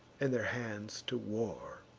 and their hands to war.